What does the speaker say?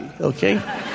okay